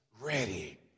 ready